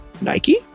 Nike